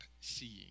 seeing